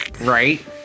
Right